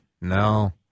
No